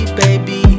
baby